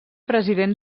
president